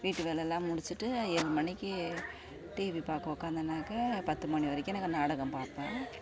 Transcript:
வீட்டு வேலைல்லாம் முடிச்சிவிட்டு ஏழு மணிக்கு டிவி பார்க்க உக்காந்தனாக்க பத்து மணி வரைக்கும் நாங்கள் நாடகம் பார்ப்போம்